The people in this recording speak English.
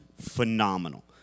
phenomenal